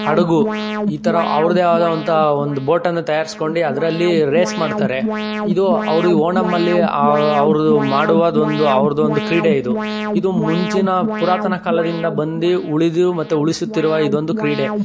ಹಡಗು ಈ ಥರ ಅವ್ರದ್ದೇ ಆದಂಥ ಒಂದು ಬೋಟನ್ನು ತಯಾರ್ಸ್ಕೊಂಡು ಅದರಲ್ಲಿ ರೇಸ್ ಮಾಡ್ತಾರೆ ಇದು ಅವ್ರಿಗೆ ಓಣಮ್ ಅಲ್ಲಿ ಅವ್ರದ್ದು ಮಾಡುವುದೊಂದು ಅವ್ರ್ದೊಂದು ಕ್ರೀಡೆ ಇದು ಇದು ಮುಂಚಿನ ಪುರಾತನ ಕಾಲದಿಂದ ಬಂದು ಉಳಿದು ಮತ್ತು ಉಳಿಸುತ್ತಿರುವ ಇದೊಂದು ಕ್ರೀಡೆ